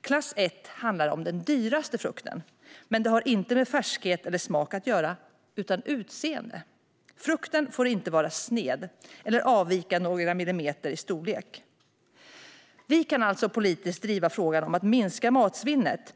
Klass 1 handlar om den dyraste frukten, men det har inte med färskhet eller smak att göra utan om utseende. Frukten får inte vara sned eller avvika några millimeter i storlek. Vi kan politiskt driva frågan om att minska matsvinnet.